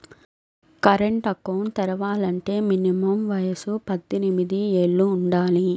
current account తెరవాలంటే minimum వయసు పద్దెనిమిది యేళ్ళు వుండాలి